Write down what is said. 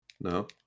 No